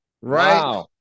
right